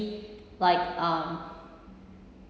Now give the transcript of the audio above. like um